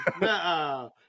No